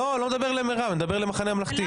אני לא מדבר למירב, אני מדבר אל המחנה הממלכתי.